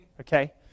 okay